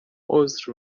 عذر